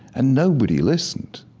and nobody listened.